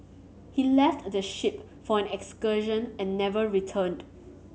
he left the ship for an excursion and never returned